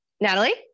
Natalie